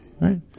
Right